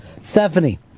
Stephanie